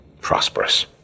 prosperous